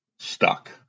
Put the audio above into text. Stuck